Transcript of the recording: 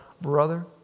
brother